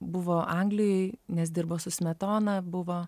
buvo anglijoj nes dirbo su smetona buvo